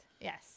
Yes